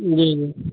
जी